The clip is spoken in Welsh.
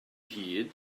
hid